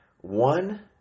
one